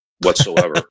whatsoever